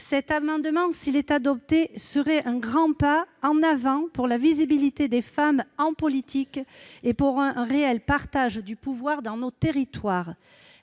Cet amendement, s'il est adopté, serait un grand pas en avant pour la visibilité des femmes en politique et pour un réel partage du pouvoir dans nos territoires.